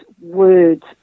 words